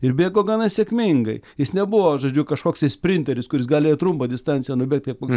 ir bėgo gana sėkmingai jis nebuvo žodžiu kažkoksai sprinteris kuris galėjo trumpą distanciją nubėgti taip kaip koks